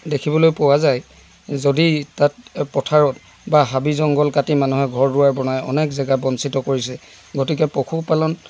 দেখিবলৈ পোৱা যায় যদি তাত পথাৰত বা হাবি জংঘল কাটি মানুহে ঘৰ দুৱাৰ বনাই অনেক জেগা বঞ্চিত কৰিছে গতিকে পশুপালন